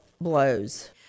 blows